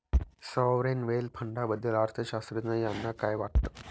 Sovereign wealth फंडाबद्दल अर्थअर्थशास्त्रज्ञ यांना काय वाटतं?